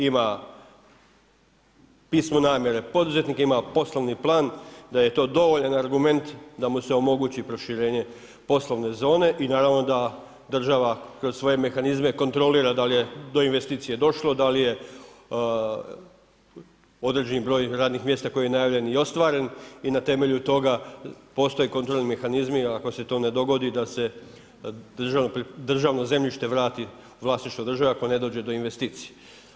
Ima pismo namjere, ima poduzetnik poslovni plan da je to dovoljan argument da mu se omogući proširenje poslovne zone i naravno da država kroz svoje mehanizme kontrolira da li je do investicije došlo, da li je određeni broj radnih mjesta koji je najavljen i ostvaren i na temelju toga postoje kontrolni mehanizmi ako se to ne dogodi da se državno zemljište vrati u vlasništvo države ako ne dođe do investicije.